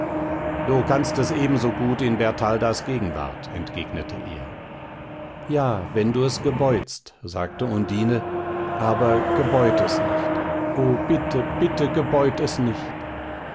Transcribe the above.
du kannst es ebensogut in bertaldas gegenwart entgegnete er ja wenn du es gebeutst sagte undine aber gebeut es nicht o bitte bitte gebeut es nicht